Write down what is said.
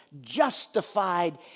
justified